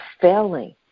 failing